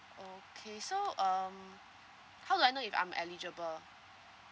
okay so um how do I know if I'm eligible